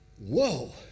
Whoa